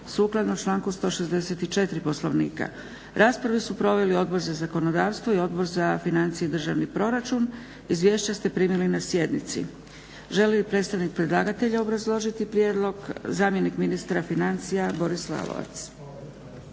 sukladno članku 164. Poslovnika. Raspravu su proveli Odbor za zakonodavstvo i Odbor za financije i državni proračun. Izvješće ste primili na sjednici. Želi li predstavnik predlagatelja obrazložiti prijedlog? Zamjenik ministra financija Boris Lalovac.